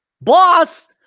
Boss